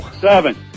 Seven